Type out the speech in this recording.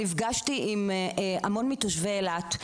נפגשתי עם המון מתושבי אילת,